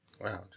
Wow